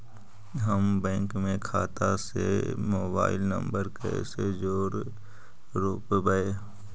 हम बैंक में खाता से मोबाईल नंबर कैसे जोड़ रोपबै?